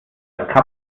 als